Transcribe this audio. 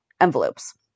envelopes